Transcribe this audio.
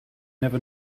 never